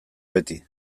beti